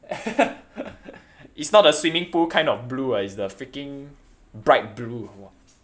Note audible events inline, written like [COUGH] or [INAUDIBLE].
[LAUGHS] it's not the swimming pool kind of blue ah it's the freaking bright blue !wah!